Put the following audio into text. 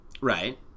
right